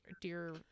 dear